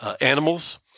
animals